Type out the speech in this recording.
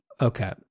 okay